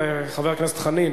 של חבר הכנסת כבל,